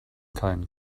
keinen